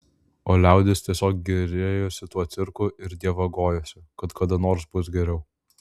o liaudis tiesiog gėrėjosi tuo cirku ir dievagojosi kad kada nors bus geriau